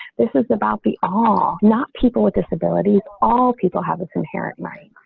this is about the all not people with disabilities all people have this inherent right